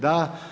Da.